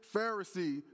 Pharisee